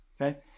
Okay